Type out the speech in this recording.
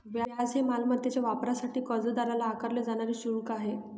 व्याज हे मालमत्तेच्या वापरासाठी कर्जदाराला आकारले जाणारे शुल्क आहे